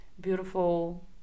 beautiful